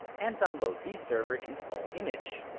and download this server install image.